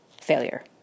failure